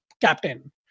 captain